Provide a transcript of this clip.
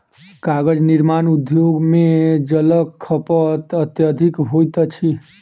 कागज निर्माण उद्योग मे जलक खपत अत्यधिक होइत अछि